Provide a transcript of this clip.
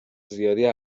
زیادی